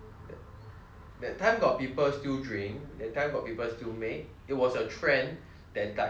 that time got people still drink that time got people still make it was a trend that died very fast